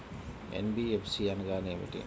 NBFC అనగా ఏమిటీ?